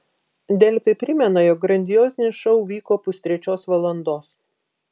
delfi primena jog grandiozinis šou vyko pustrečios valandos